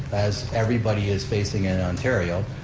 as everybody is facing in ontario,